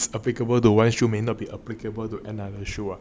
it's applicable the one shoes may not be applicable to another shoes ah